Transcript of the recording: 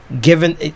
given